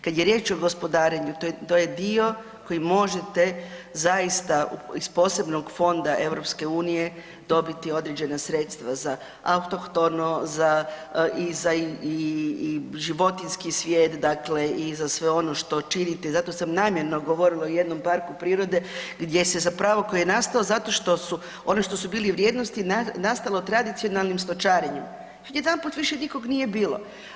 Kad je riječ o gospodarenju, to je dio koji možete zaista iz posebnog fonda EU dobiti određena sredstva za autohtono, za i za i životinjski svijet, dakle i za sve ono što činite i zato sam namjerno govorila o jednom parku prirodu gdje se zapravo koji je nastao zato što su, ono što su bile vrijednosti nastalo tradicionalnim stočarenjem, odjedanput više nikog nije bilo.